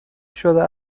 شده